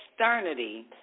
Externity